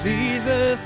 Jesus